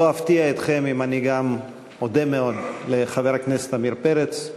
אני לא אפתיע אתכם אם אני אודה מאוד גם לחבר הכנסת עמיר פרץ,